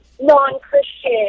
non-Christian